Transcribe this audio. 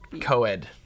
co-ed